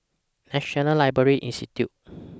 National Library Institute